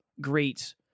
great